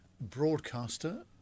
broadcaster